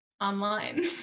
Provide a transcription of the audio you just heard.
Online